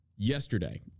yesterday